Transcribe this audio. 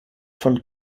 von